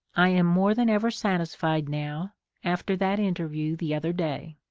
i am more than ever satisfied now after that interview the other day.